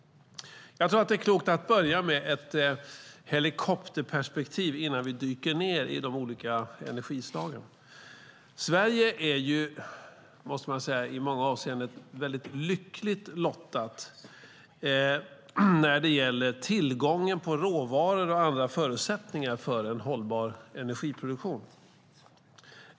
Jag tror att det är klokt att börja med ett helikopterperspektiv innan vi dyker ned i de olika energislagen. Sverige är i många avseenden mycket lyckligt lottat när det gäller tillgången på råvaror och andra förutsättningar för en hållbar energiproduktion.